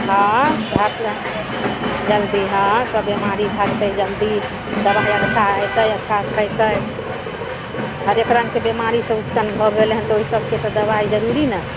हँ अँ सबटा जल्दी हँ सब बिमाड़ी भगतै जल्दी दबाइ अच्छा अयतै अच्छा खइतै हरेक रङके बिमाड़ी सब उक्टन भऽ गेलै हन तऽ ओहिसबके दबाइ जरूरी ने है